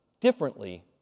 differently